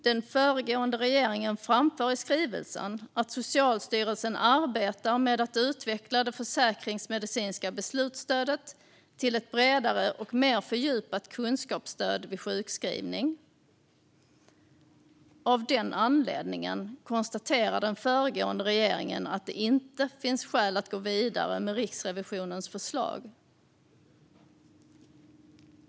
Den föregående regeringen framför i skrivelsen att Socialstyrelsen arbetar med att utveckla det försäkringsmedicinska beslutsstödet till ett bredare och mer fördjupat kunskapsstöd vid sjukskrivning. Av den anledningen konstaterar den föregående regeringen att det inte finns skäl att gå vidare med Riksrevisionens förslag.